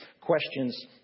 questions